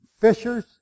fishers